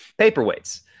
Paperweights